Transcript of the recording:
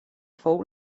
fou